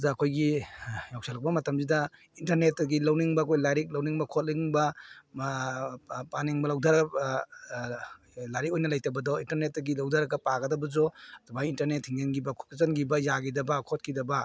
ꯑꯗꯨꯗ ꯑꯩꯈꯣꯏꯒꯤ ꯌꯧꯁꯤꯜꯂꯛꯄ ꯃꯇꯝꯁꯤꯗ ꯏꯟꯇꯔꯅꯦꯠꯇꯒꯤ ꯂꯧꯅꯤꯡꯕ ꯑꯩꯈꯣꯏ ꯂꯥꯏꯔꯤꯛ ꯂꯧꯅꯤꯡꯕ ꯈꯣꯠꯅꯤꯡꯕ ꯄꯥꯅꯤꯡꯕ ꯂꯧꯗꯔ ꯂꯥꯏꯔꯤꯛ ꯑꯣꯏꯅ ꯂꯩꯇꯕꯗꯣ ꯏꯟꯇꯔꯅꯦꯠꯇꯒꯤ ꯂꯧꯗꯔꯒ ꯄꯥꯒꯗꯕꯁꯨ ꯑꯗꯨꯃꯥꯏꯅ ꯏꯟꯇꯔꯅꯦꯠ ꯊꯤꯡꯖꯤꯟꯒꯤꯕ ꯈꯣꯠꯆꯤꯟꯒꯤꯕ ꯌꯥꯒꯤꯗꯕ ꯈꯣꯠꯀꯤꯗꯕ